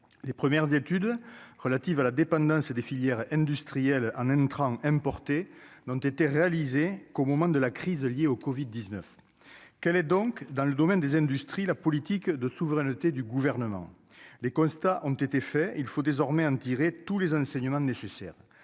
les premières études relatives à la dépendance des filières industrielles en même temps, emporter dont été réalisé qu'au moment de la crise liée au Covid 19, quel est donc dans le domaine des industries, la politique de souveraineté du gouvernement les constats ont été faits, il faut désormais en tirer tous les enseignements nécessaires